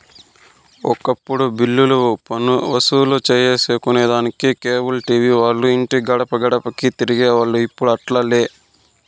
ఒకప్పుడు బిల్లులు వసూలు సేసుకొనేదానికి కేబుల్ టీవీ వాల్లు ఇంటి గడపగడపకీ తిరిగేవోల్లు, ఇప్పుడు అట్లాలే